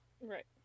Right